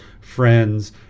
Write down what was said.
friends